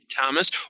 thomas